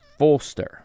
Folster